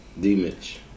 D-Mitch